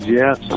yes